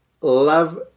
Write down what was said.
love